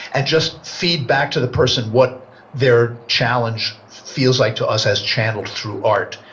and just feed back to the person what their challenge feels like to us as channeled through art.